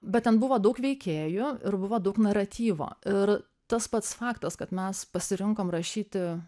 bet ten buvo daug veikėjų ir buvo daug naratyvo ir tas pats faktas kad mes pasirinkom rašyti